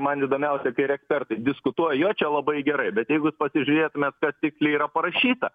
man įdomiausia kai yra ekspertai diskutuoja jo čia labai gerai bet jeigu jūs pasižiūrėtumėt kas tiksliai yra parašyta